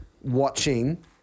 watching –